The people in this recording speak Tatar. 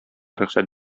рөхсәт